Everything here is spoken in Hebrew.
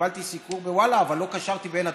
קיבלתי סיקור בוואלה, אבל לא קשרתי בין הדברים.